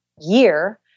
year